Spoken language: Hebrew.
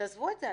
תעזבו את זה.